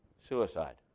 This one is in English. suicide